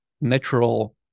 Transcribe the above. natural